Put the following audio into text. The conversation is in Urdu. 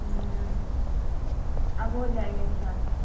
ہوں اب ہو جائے گی ان شاء اللہ